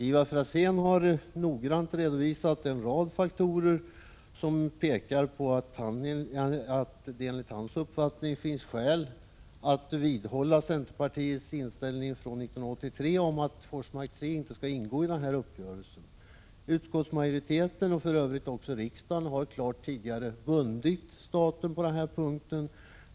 Ivar Franzén har noggrant redovisat en rad faktorer som pekar på att det enligt hans uppfattning finns skäl att vidhålla centerpartiets inställning från 1983 om att Forsmark 3 inte skall ingå i uppgörelsen. Utskottsmajoriteten, och för övrigt också riksdagen, har tidigare klart bundit staten på denna punkt.